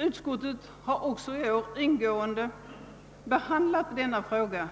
Utskottet har också i år ingående behandlat denna fråga.